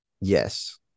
Yes